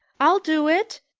i'll do it,